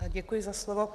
Děkuji za slovo.